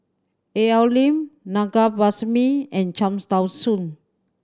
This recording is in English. Al Lim Na Govindasamy and Cham Tao Soon